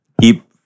keep